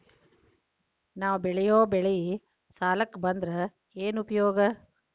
ನಾವ್ ಬೆಳೆಯೊ ಬೆಳಿ ಸಾಲಕ ಬಂದ್ರ ಏನ್ ಉಪಯೋಗ?